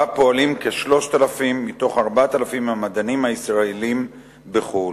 שבה פועלים 3,000 מתוך 4,000 המדענים הישראלים בחו"ל.